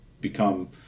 become